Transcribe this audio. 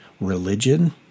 religion